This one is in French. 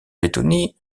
lettonie